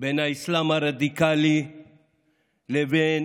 בין האסלאם הרדיקלי לבין